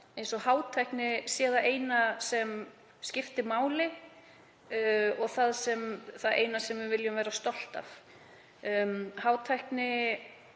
eins og hátækni sé það eina sem skiptir máli og það eina sem við viljum vera stolt af. Hátækni